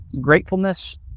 gratefulness